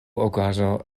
okazo